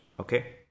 Okay